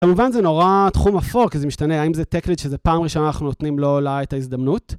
כמובן זה נורא תחום אפור, כי זה משתנה, האם זה tech lead שזה פעם ראשונה אנחנו נותנים לו או לה את ההזדמנות?